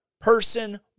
person